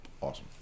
Awesome